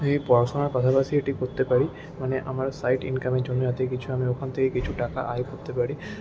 ওই পড়াশোনার পাশাপাশি এটি করতে পারি মানে আমার সাইড ইনকামের জন্য যাতে কিছু আমি ওখান থেকে কিছু টাকা আয় করতে পারি